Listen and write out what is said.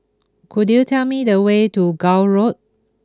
could you tell me the way to Gul Road